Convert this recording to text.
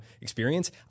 experience